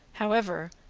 however,